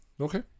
Okay